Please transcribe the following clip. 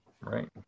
Right